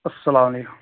اَسلامُ علیکُم